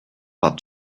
but